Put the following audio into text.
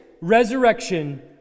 resurrection